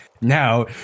now